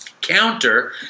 counter